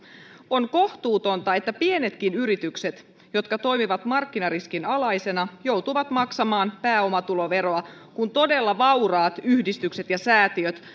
on kohtuutonta että pienetkin yritykset jotka toimivat markkinariskin alaisena joutuvat maksamaan pääomatuloveroa kun todella vauraat yhdistykset ja säätiöt